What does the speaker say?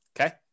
Okay